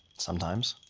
sometimes.